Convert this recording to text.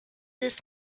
des